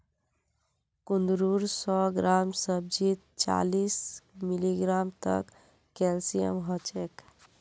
कुंदरूर सौ ग्राम सब्जीत चालीस मिलीग्राम तक कैल्शियम ह छेक